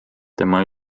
tema